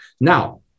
Now